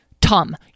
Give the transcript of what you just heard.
Tom